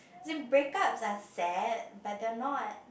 seem break up are said but they are not